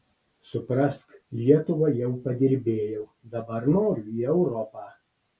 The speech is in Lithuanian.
suprask lietuvai jau padirbėjau dabar noriu į europą